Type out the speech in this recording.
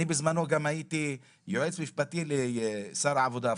אני בזמנו גם הייתי יועץ משפטי לשר העבודה הפלסטיני.